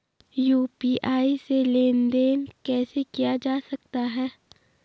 UPI से लेनदेन कैसे किया जा सकता है?